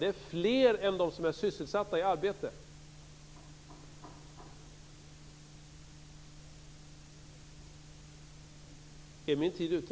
Det är fler än de som är sysselsatta i arbete.